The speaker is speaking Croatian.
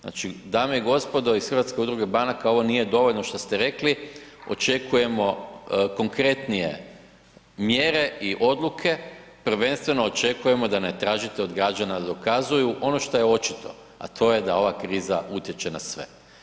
Znači, dame i gospodo iz Hrvatske udruge banaka ovo nije dovoljno šta ste rekli, očekujemo konkretnije mjere i odluke, prvenstveno očekujemo da ne tražite od građana da dokazuju ono što je očito, a to je da ova kriza utječe na sve.